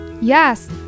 Yes